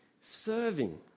serving